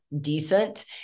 decent